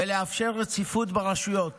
ולאפשר רציפות ברשויות.